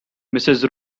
mrs